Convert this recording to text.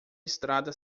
estrada